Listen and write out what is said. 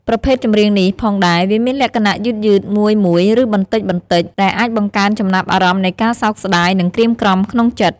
ប្រភេទចម្រៀងនេះផងដែរវាមានលក្ខណៈយឺតៗ មួយៗឬបន្ដិចៗ ដែលអាចបង្កើនចំណាប់អារម្មណ៍នៃការសោកស្តាយ និងក្រៀមក្រំក្នុងចិត្ត។